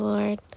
Lord